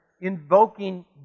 invoking